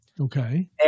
Okay